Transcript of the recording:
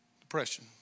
Depression